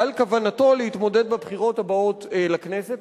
על כוונתו להתמודד בבחירות הבאות לכנסת.